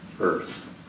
earth